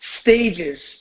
stages